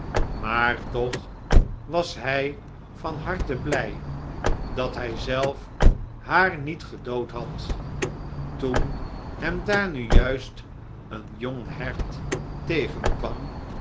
maar toch was hij van harte blij dat hij zelf haar niet gedood had toen hem daar nu juist een jong hert